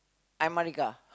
I'm Marika